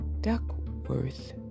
Duckworth